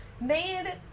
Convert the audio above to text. made